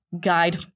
guide